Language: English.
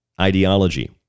ideology